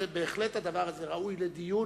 בהחלט הדבר הזה ראוי לדיון.